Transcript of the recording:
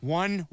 one